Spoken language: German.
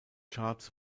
charts